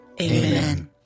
Amen